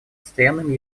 постоянным